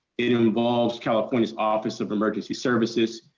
it involves california's office of emergency services.